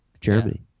Germany